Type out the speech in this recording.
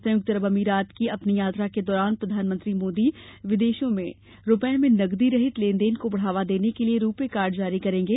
संयुक्तं अरब अमीरात की अपनी यात्रा के दौरान प्रधानमंत्री मोदी विदेशों में रुपये में नगदी रहित लेन देन को बढ़ावा देने को लिए रूपे कार्ड जारी करेंगे